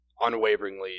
unwaveringly